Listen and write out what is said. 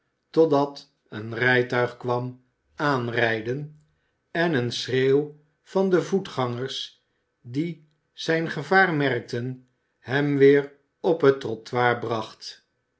totdat een rijtuig kwam aanrijden en een schreeuw van de voetgangers die zijn gevaar merkten hem weer op het trottoir bracht